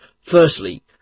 Firstly